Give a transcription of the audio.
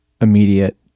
immediate